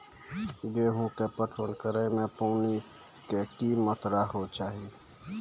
गेहूँ के पटवन करै मे पानी के कि मात्रा होय केचाही?